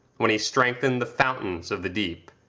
when he strengthened the fountains of the deep.